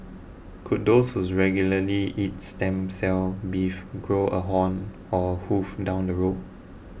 could those who's regularly eat stem cell beef grow a horn or a hoof down the road